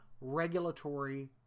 regulatory